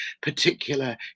particular